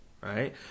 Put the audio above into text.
right